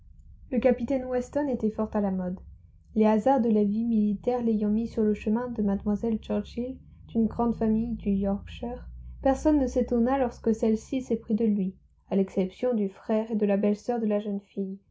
le capitaine weston était fort à la mode les hasards de la vie militaire l'ayant mis sur le chemin de mlle churchill d'une grande famille du yorkshire personne ne s'étonna lorsque celle-ci s'éprit de lui à l'exception du frère et de la belle-sœur de la jeune fille